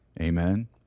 Amen